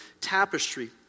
tapestry